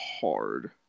hard